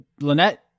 Lynette